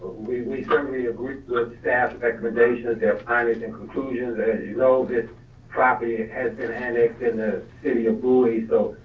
we certainly agree with staff recommendations, their findings and conclusions. and as you know, this property and has been annexed in the city of bowie. so,